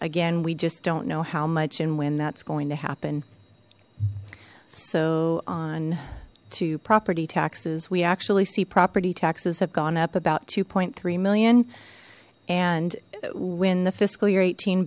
again we just don't know how much and when that's going to happen so on to property taxes we actually see property taxes have gone up about two three million and when the fiscal year eighteen